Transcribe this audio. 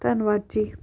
ਧੰਨਵਾਦ ਜੀ